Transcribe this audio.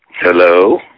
hello